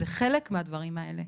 זה חלק מהדברים האלה.